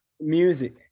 music